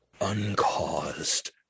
Uncaused